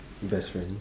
best friend